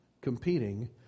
competing